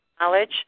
knowledge